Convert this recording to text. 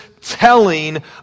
telling